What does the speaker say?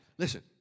Listen